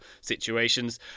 situations